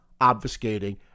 obfuscating